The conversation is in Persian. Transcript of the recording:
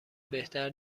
بهتر